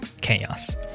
chaos